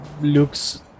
looks